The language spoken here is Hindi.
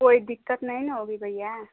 कोई दिक्कत नहीं न होगी भैया